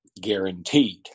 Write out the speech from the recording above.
guaranteed